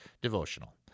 devotional